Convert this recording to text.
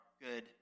good